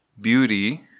Beauty